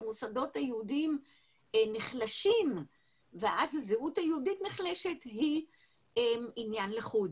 כשהמוסדות היהודיים נחלשים ואז הזהות היהודית נחלשת היא עניין לחוד.